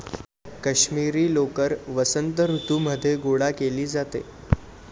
काश्मिरी लोकर वसंत ऋतूमध्ये गोळा केली जाते